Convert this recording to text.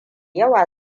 yawa